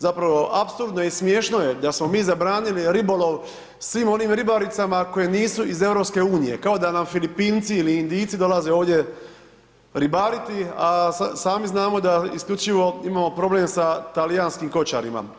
Zapravo apsolutno je i smiješno je da smo mi zabranili ribolov svim onim ribaricama koje nisu iz EU, kao da nam Filipinci ili Indijci dolaze ovdje ribariti, a sami znamo da isključivo imamo problem sa talijanskim kočarima.